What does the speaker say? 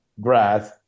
grass